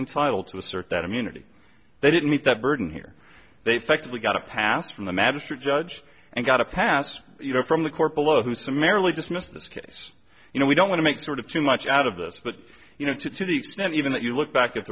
entitled to assert that immunity they didn't meet that burden here they fact we got a pass from the magistrate judge and got a pass you know from the court below who summarily dismissed this case you know we don't want to make sort of too much out of this but you know to the extent even that you look back at